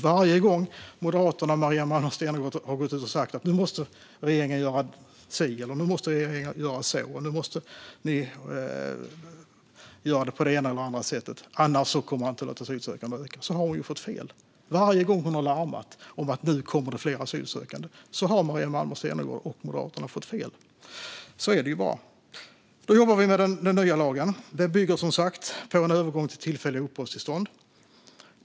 Varje gång Moderaterna och Maria Malmer Stenergard har gått ut och sagt att regeringen måste göra si eller så och på det ena eller andra sättet, för annars kommer antalet asylsökande att öka, har hon fått fel. Varje gång hon har larmat om att det nu kommer fler asylsökande har Maria Malmer Stenergard och Moderaterna fått fel. Så är det bara. Nu jobbar vi med den nya lagen. Den bygger som sagt på en övergång till tillfälliga uppehållstillstånd.